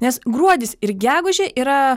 nes gruodis ir gegužė yra